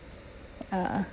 uh